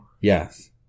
yes